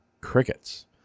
crickets